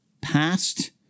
past